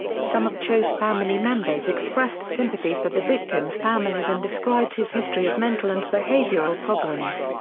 some of cho's family members expressed sympathy for the victims' families and described his history of mental and behavioral problems.